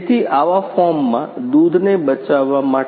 તેથી આવા ફોર્મમાં દૂધને બચાવવા માટે